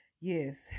Yes